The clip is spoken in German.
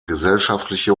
gesellschaftliche